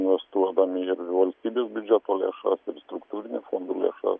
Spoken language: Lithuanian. investuodami ir valstybės biudždeto lėšas struktūrinių fondų lėšas